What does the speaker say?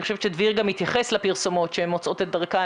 אני חושבת שדביר גם התייחס לפרסומות שהן מוצאות את דרכן,